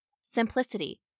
Simplicity